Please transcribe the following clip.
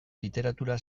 literatura